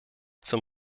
zum